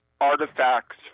artifacts